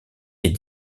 est